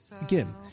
Again